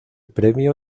premio